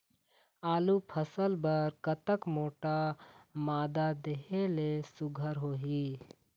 आलू फसल बर कतक मोटा मादा देहे ले सुघ्घर होही?